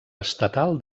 estatal